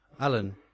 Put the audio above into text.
Alan